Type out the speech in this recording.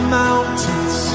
mountains